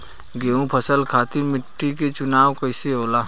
गेंहू फसल खातिर मिट्टी के चुनाव कईसे होला?